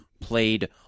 played